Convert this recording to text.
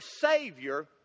Savior